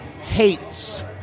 hates